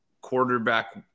quarterback